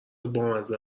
بامزه